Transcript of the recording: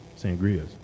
Sangrias